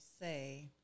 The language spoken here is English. say